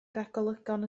ragolygon